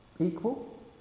equal